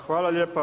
Hvala lijepa.